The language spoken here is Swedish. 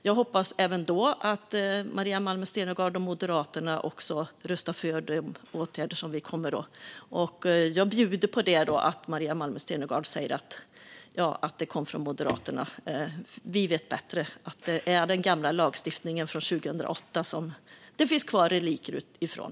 Jag hoppas att Maria Malmer Stenergard och Moderaterna även då röstar för de åtgärder som kommer. Jag bjuder på det som Maria Malmer Stenergard sa om att det här kom från Moderaterna. Vi vet bättre. Det är den gamla lagstiftningen från 2008 som det finns kvar relikter från.